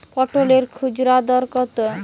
পটলের খুচরা দর কত?